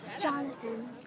Jonathan